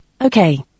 okay